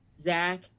Zach